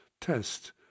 test